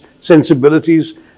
sensibilities